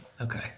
Okay